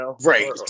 Right